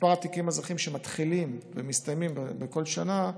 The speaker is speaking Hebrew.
מספר התיקים האזרחיים שמתחילים ומסתיימים בכל שנה,